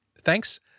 Thanks